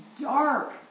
dark